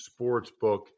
Sportsbook